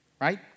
right